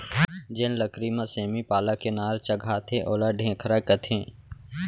जेन लकरी म सेमी पाला के नार चघाथें ओला ढेखरा कथें